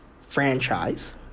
franchise